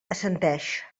assenteix